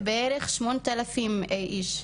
בערך שמונת אלפים איש.